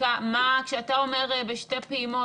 כשאתה אומר בשתי פעימות,